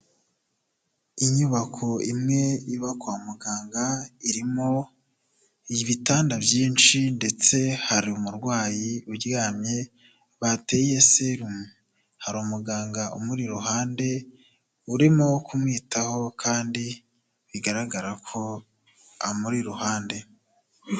Inyubako imwe iba kwa muganga irimo ibitanda byinshi ndetse hari umurwayi uryamye bateye serumu, hari umuganga umuri iruhande urimo kumwitaho kandi bigaragara ko amuri iruhande.